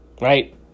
right